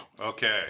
Okay